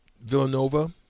Villanova